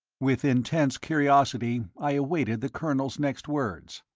with intense curiosity i awaited the colonel's next words,